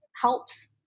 helps